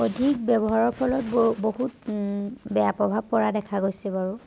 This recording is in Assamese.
অধিক ব্যৱহাৰৰ ফলত ব বহুত বেয়া প্ৰভাৱ পৰা দেখা গৈছে বাৰু